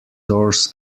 doors